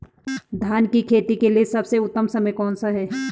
धान की खेती के लिए सबसे उत्तम समय कौनसा है?